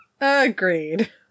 Agreed